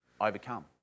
overcome